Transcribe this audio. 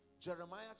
Jeremiah